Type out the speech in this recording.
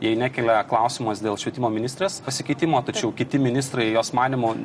jai nekelia klausimas dėl švietimo ministrės pasikeitimo tačiau kiti ministrai jos manymu